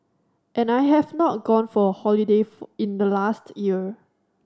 and I have not gone for a holiday in the last year